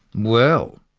well.